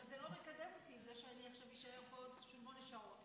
אבל זה לא מקדם אותי שנישאר פה עוד שמונה שעות.